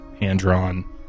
hand-drawn